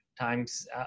times